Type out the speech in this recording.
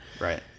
right